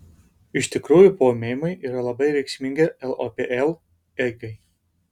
iš tikrųjų paūmėjimai yra labai reikšmingi lopl eigai